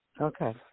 Okay